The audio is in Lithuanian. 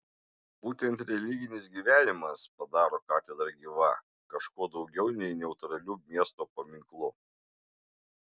būtent religinis gyvenimas padaro katedrą gyva kažkuo daugiau nei neutraliu miesto paminklu